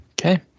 Okay